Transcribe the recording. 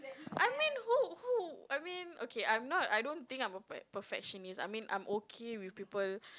I mean who who I mean okay I'm not I don't think I'm a per~ perfectionist I mean I'm okay with people